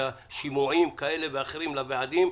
בשימועים כאלה ואחרים לוועדים.